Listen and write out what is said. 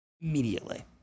immediately